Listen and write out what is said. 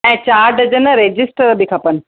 ऐं चारि दर्जन रजिस्टर बि खपनि